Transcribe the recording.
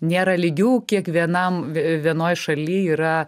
nėra lygių kiekvienam vienoj šaly yra